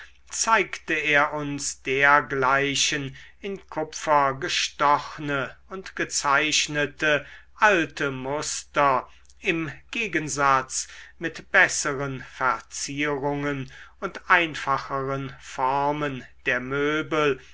zeigte er uns dergleichen in kupfer gestochne und gezeichnete alte muster im gegensatz mit besseren verzierungen und einfacheren formen der möbel